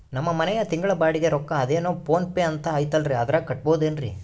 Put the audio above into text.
ನಮ್ಮ ಮನೆಯ ತಿಂಗಳ ಬಾಡಿಗೆ ರೊಕ್ಕ ಅದೇನೋ ಪೋನ್ ಪೇ ಅಂತಾ ಐತಲ್ರೇ ಅದರಾಗ ಕಟ್ಟಬಹುದೇನ್ರಿ?